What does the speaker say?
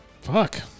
Fuck